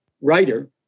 writer